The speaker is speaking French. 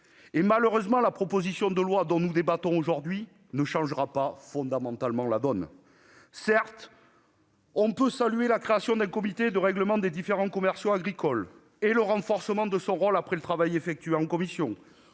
Malheureusement, la proposition de loi dont nous débattons aujourd'hui ne changera pas fondamentalement la donne. Certes, on peut saluer la création d'un comité de règlement des différends commerciaux agricoles et le renforcement de son rôle après le travail effectué en commission,